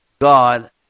God